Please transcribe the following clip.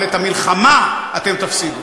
אבל במלחמה אתם תפסידו.